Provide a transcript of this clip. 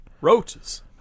Roaches